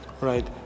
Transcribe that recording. right